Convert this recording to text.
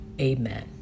Amen